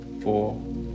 four